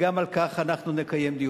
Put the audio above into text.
גם על כך אנחנו נקיים דיון.